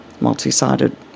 multi-sided